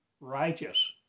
righteous